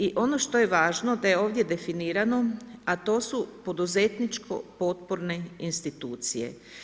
I ono što je važno, da je ovdje definirano, a to su poduzetničko potporne institucije.